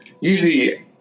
Usually